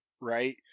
right